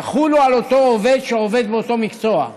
יחולו על אותו עובד שעובד באותו מקצוע.